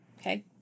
okay